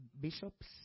bishops